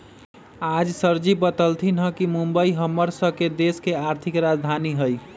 आज सरजी बतलथिन ह कि मुंबई हम्मर स के देश के आर्थिक राजधानी हई